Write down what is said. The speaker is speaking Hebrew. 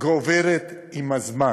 גוברת עם הזמן.